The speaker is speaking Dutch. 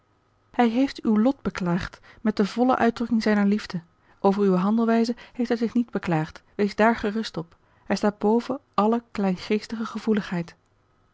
hij heeft uw lot beklaagd met de volle uitdrukking zijner liefde over uwe handelwijze heeft hij zich niet beklaagd wees dààr gerust op hij staat boven alle kleingeestige gevoeligheid